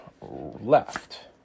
left